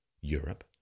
Europe